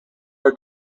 are